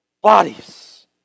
bodies